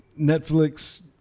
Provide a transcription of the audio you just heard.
Netflix